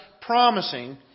promising